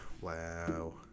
Wow